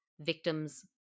victims